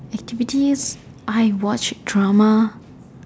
activities I watch drama